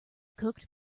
cooked